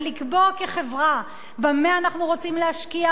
ולקבוע כחברה במה אנחנו רוצים להשקיע